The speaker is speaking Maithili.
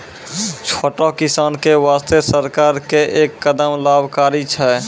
छोटो किसान के वास्तॅ सरकार के है कदम लाभकारी छै